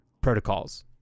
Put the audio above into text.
protocols